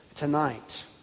tonight